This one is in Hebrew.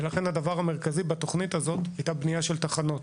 לכן הדבר המרכזי בתוכנית הזאת הייתה בנייה של תחנות